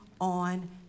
on